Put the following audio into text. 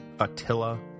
Attila